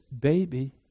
baby